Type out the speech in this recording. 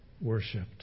worshipped